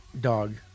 Dog